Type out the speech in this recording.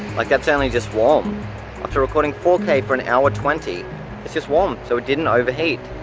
like that's only just warm after recording four k for an hour twenty it's just warm, so it didn't overheat.